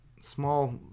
Small